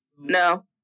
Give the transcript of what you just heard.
No